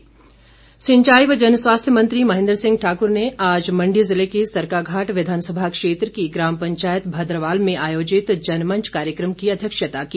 जनमंच सिंचाई व जनस्वास्थ्य मंत्री महेंद्र सिंह ठाकूर ने आज मंडी जिले के सरकाघाट विधानसभा क्षेत्र की ग्राम पंचायत भद्रवाल में आयोजित जनमंच कार्यक्रम की अध्यक्षता की